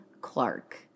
Clark